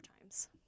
times